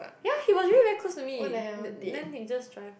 yeah he was really very close to me then then he just drive